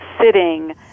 sitting